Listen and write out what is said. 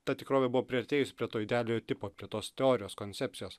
ta tikrovė buvo priartėjus prie to idealiojo tipo prie tos teorijos koncepcijos